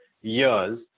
years